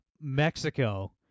Mexico